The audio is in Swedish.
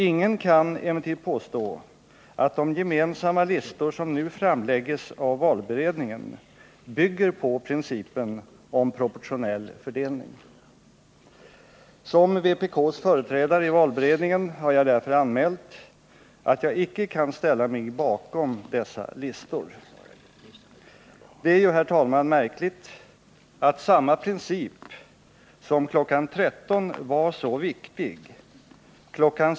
Ingen kan emellertid påstå att de gemensamma listor som nu framläggs av valberedningen bygger på principen om proportionell fördelning. Som vpk:s företrädare i valberedningen har jag därför anmält att jag icke kan ställa mig bakom dessa listor. Det är ju, herr talman, märkligt att samma princip, som kl. 13 var så viktig, kl.